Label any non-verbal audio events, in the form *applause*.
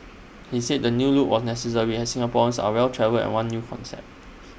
he says the new look was necessary as Singaporeans are well travelled and want *noise* new concepts